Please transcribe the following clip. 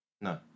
No